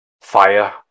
fire